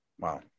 Wow